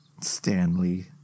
Stanley